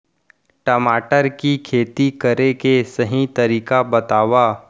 टमाटर की खेती करे के सही तरीका बतावा?